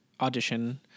audition